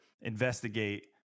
investigate